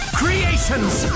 creations